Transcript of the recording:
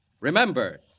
Remember